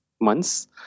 months